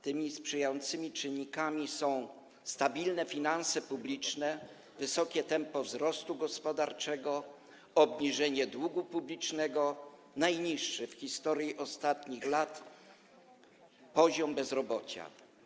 Tymi sprzyjającymi czynnikami są stabilne finanse publiczne, wysokie tempo wzrostu gospodarczego, obniżenie długu publicznego i najniższy w historii ostatnich lat poziom bezrobocia.